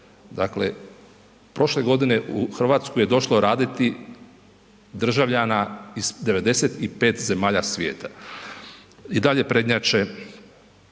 Dakle, prošle godine u Hrvatsku je došlo raditi državljana iz 95 zemalja svijeta. I dalje prednjače